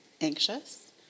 anxious